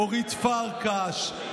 אורית פרקש,